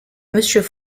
monsieur